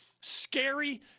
scary